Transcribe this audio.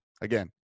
again